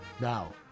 Now